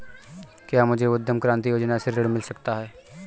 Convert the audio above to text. क्या मुझे उद्यम क्रांति योजना से ऋण मिल सकता है?